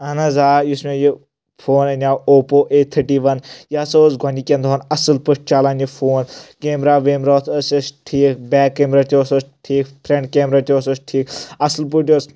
اہن حظ آ یُس مےٚ یہِ فون اَنِیو اوپو اَے تھٔٹی وَن یہِ ہسا اوس گۄڈنِکؠن دۄہَن اَصٕل پٲٹھۍ چلان یہِ فون کَیٚمرا وَیٚمرا ٲس ٹھیٖک بَیٚک کَیٚمرا تہِ اوسُس ٹھیٖک فرنٛٹ کَیٚمرا تہِ اوسسُ ٹھیٖک اصل پٲٹھۍ اوس